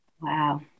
Wow